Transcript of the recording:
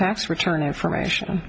tax return information